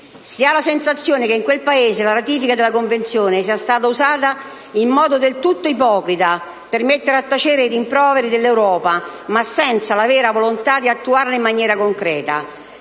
Si ha la sensazione che in quel Paese la ratifica della Convenzione sia stata usata in modo del tutto ipocrita per mettere a tacere i rimproveri dell'Europa, ma senza la vera volontà di attuarla in maniera concreta.